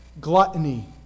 Gluttony